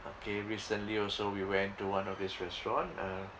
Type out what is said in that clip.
okay recently also we went to one of this restaurant uh